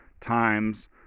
times